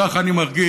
כך אני מרגיש.